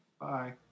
bye